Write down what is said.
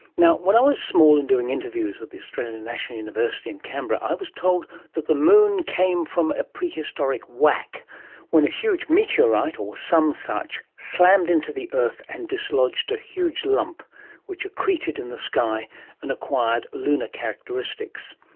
now, when i was small and doing interviews at the australian national university, but i was told that the moon came from a prehistoric whack when a huge meteorite or some such slammed into the earth and dislodged a huge lump which accreted in the sky and acquired lunar characteristics.